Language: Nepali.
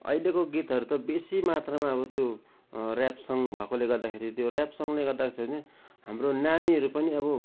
अहिलेको गीतहरू त बेसी मात्रामा अब त्यो ऱ्याप सङ भएकोले गर्दाखेरि त्यो ऱ्याप सङले गर्दा चाहिँ नि हाम्रो नानीहरू पनि अब